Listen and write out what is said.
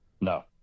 no